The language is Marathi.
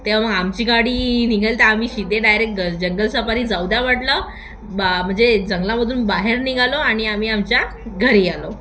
ते मग आमची गाडी निघाली तर आम्ही शिदे डायरेक ग जंगल सफारी जाऊद्या म्हटलं बा म्हणजे जंगलामधून बाहेर निघालो आणि आम्ही आमच्या घरी आलो